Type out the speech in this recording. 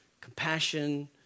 compassion